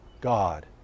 god